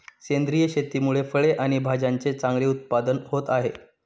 सेंद्रिय शेतीमुळे फळे आणि भाज्यांचे चांगले उत्पादन होत आहे